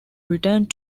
returned